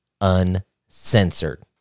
uncensored